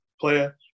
player